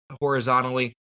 horizontally